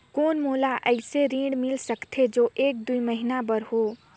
कौन मोला अइसे ऋण मिल सकथे जो एक दो महीना बर हो?